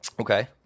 okay